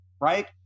right